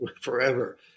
forever